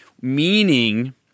meaning